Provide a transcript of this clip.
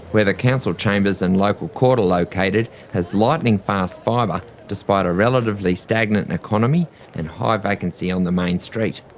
where the council chambers and local court are located, has lightning-fast fibre despite a relatively stagnant and economy and high vacancy on the main street.